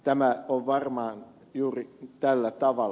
tämä on varmaan juuri tällä tavalla